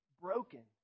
broken